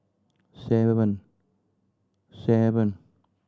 seven seven